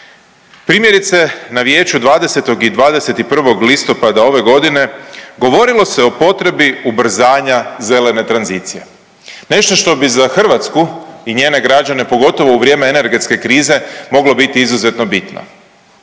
Primjerice, na Vijeću 20. i 21. listopada ove godine govorilo se o potrebi ubrzanja zelene tranzicije, nešto što bi za Hrvatsku i njene građane, pogotovo u vrijeme energetske krize moglo biti izuzetno bitno